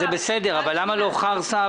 זה בסדר, אבל למה לא חרסה